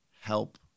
help